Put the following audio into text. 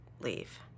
leave